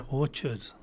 orchard